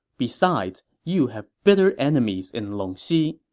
besides, you have bitter enemies in longxi.